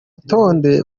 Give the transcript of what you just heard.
rutonde